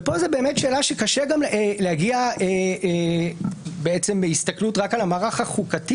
ופה זו שאלה שקשה להגיע אליה רק בהסתכלות על המערך החוקתי